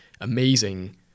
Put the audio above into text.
amazing